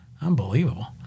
unbelievable